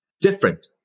different